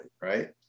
right